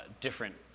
different